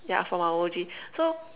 yeah from our O_G so